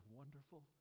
wonderful